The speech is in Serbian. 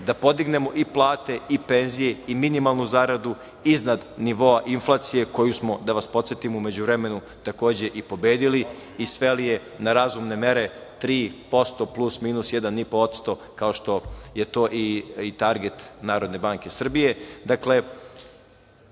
da podignemo i plate i penzije i minimalnu zaradu iznad nivoa inflacije koju smo da vas podsetimo u međuvremenu takođe i pobedili i sveli je na razumne mere 3% plus minus 1,5%, kao što je to i target NBS.Dakle,